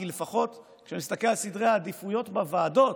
כי לפחות כשאני מסתכל על סדרי העדיפויות בוועדות,